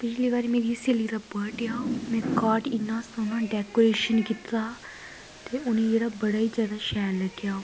पिछली बारी मेरी स्हेली दा वर्थडे हा में कार्ड इन्ना सोह्ना डैकोरेशन कीता ते उ'नेंगी जेह्ड़ा बड़ा ही शैल लगेआ